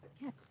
Yes